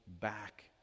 back